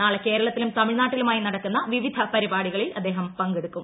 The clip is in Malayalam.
നാളെ കേരളത്തിലും തമിഴ്നാട്ടിലുമായി നടക്കുന്ന വിവിധ പരിപാടികളിൽ അദ്ദേഹം പങ്കെടുക്കും